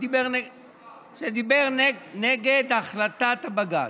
שדיבר נגד החלטת בג"ץ.